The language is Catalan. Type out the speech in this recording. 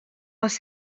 les